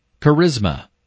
Charisma